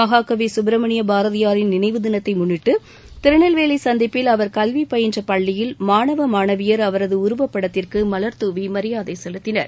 மகாகவி சுப்ரமணியப் பாரதியாரின் நினைவு தினத்தை முன்னிட்டு திருநெல்வேலி சந்திப்பில் அவர் கல்வி பயின்றி பள்ளில் மாணவியர் அவரது உருப்படத்திற்கு மலர்துவி மரியாதை செலுத்தினர்